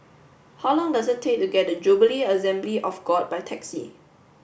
how long does it take to get to Jubilee Assembly of God by taxi